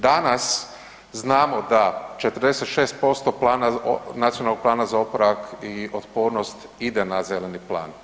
Danas znamo da 46% plana, Nacionalnog plan za oporavak i otpornost ide na Zeleni plan.